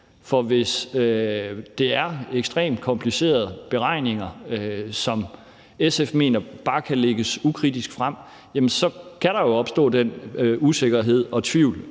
For hvis det er ekstremt komplicerede beregninger, som SF mener bare kan lægges ukritisk frem, kan der jo opstå usikkerhed og tvivl,